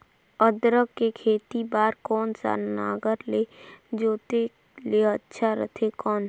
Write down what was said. अदरक के खेती बार कोन सा नागर ले जोते ले अच्छा रथे कौन?